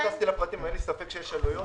לא נכנסתי לפרטים, אבל אין לי ספק שיש עלויות.